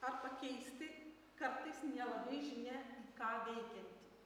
ar pakeisti kartais nelabai žinia į ką veikiantį